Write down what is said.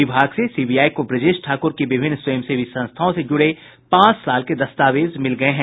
विभाग से सीबीआई को ब्रजेश ठाकुर की विभिन्न स्वयं सेवी संस्थाओं से जुड़े पांच साल के दस्तावेज मिल गये हैं